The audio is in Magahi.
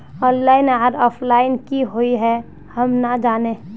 ऑनलाइन आर ऑफलाइन की हुई है हम ना जाने?